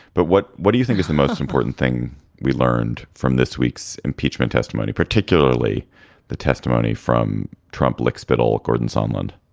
but what what do you think is the most important thing we learned from this week's impeachment testimony, particularly the testimony from trump lickspittle gordon sunland?